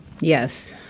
Yes